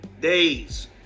days